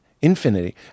infinity